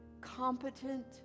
competent